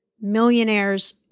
millionaires